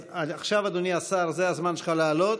עכשיו, אדוני השר, זה הזמן שלך לעלות,